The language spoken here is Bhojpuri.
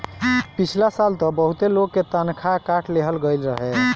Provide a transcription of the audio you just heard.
पिछला साल तअ बहुते लोग के तनखा काट लेहल गईल रहे